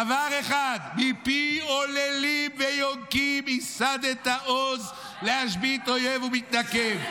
דבר אחד: "מפי עוללים וינקים יסדת עז למען צורריך להשבית אויב ומתנקם".